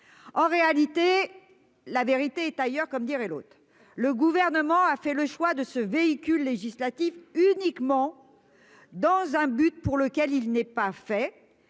En réalité. La vérité est ailleurs, comme dirait l'autre. Le gouvernement a fait le choix de ce véhicule législatif uniquement. Dans un but pour lequel il n'est pas fait.